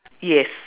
yes